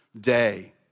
day